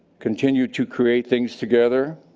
continue to create things together,